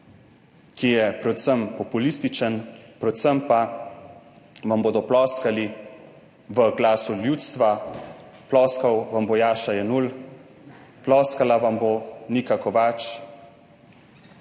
ki je predvsem populističen. Predvsem pa vam bodo ploskali v glasu ljudstva, ploskal vam bo Jaša Jenull, ploskala vam bo Nika Kovač,